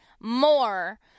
more